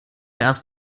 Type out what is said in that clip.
erst